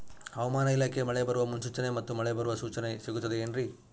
ಹವಮಾನ ಇಲಾಖೆ ಮಳೆ ಬರುವ ಮುನ್ಸೂಚನೆ ಮತ್ತು ಮಳೆ ಬರುವ ಸೂಚನೆ ಸಿಗುತ್ತದೆ ಏನ್ರಿ?